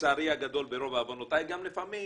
לצערי הגדול ברוב עוונותיי גם לפעמים